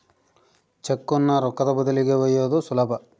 ಚೆಕ್ಕುನ್ನ ರೊಕ್ಕದ ಬದಲಿಗಿ ಒಯ್ಯೋದು ಸುಲಭ